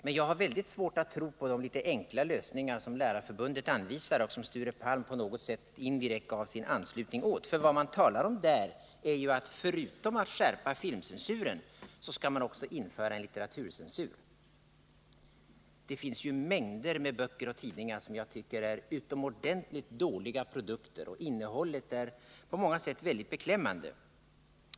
Men jag har väldigt svårt att tro på de litet enkla lösningar som Lärarförbundet anvisar, och som Sture Palm på något sätt indirekt gav sin anslutning till. Vad man talar om där är ju att man förutom att skärpa filmcensuren också skall införa en litteraturcensur. Det finns mängder med böcker och tidningar som jag tycker är utomordentligt dåliga produkter, och innehållet är på många sätt mycket beklämmande.